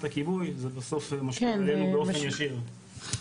הכיבוי זה בסוף משפיע עלינו באופן ישיר.